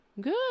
Good